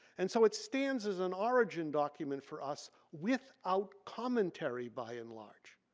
and so it stands as an origin document for us without commentary by and large.